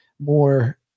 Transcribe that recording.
more